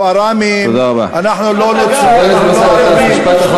מתגייסים לצה"ל,